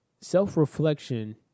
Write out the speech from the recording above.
Self-reflection